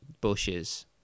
bushes